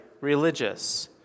religious